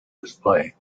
display